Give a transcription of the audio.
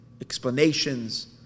explanations